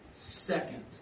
Second